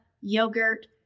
yogurt